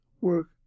work